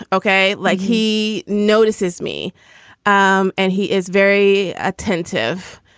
ok like he notices me um and he is very attentive.